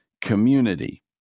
community